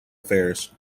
affairs